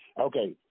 Okay